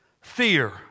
fear